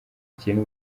kintu